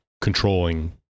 controlling